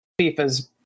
FIFA's